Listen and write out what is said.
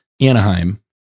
anaheim